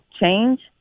change